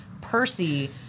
Percy